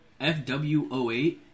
FW08